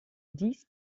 dies